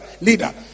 leader